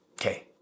Okay